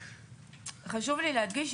חשוב לי להדגיש,